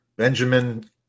Benjamin